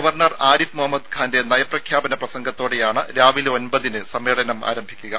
governor Arif Muhammad ഖാന്റെ നയപ്രഖ്യാപന പ്രസംഗത്തോടെയാണ് രാവിലെ ഒമ്പതിന് സമ്മേളനം ആരംഭിക്കുക